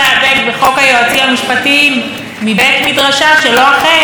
מדרשה של לא אחרת משרת המשפטים איילת שקד.